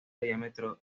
diámetro